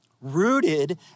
rooted